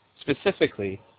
Specifically